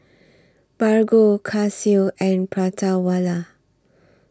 Bargo Casio and Prata Wala